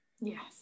yes